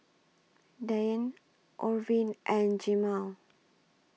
Deanne Orvin and Jemal